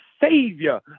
savior